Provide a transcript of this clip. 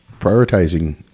prioritizing